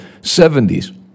70s